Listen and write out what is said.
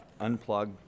Unplug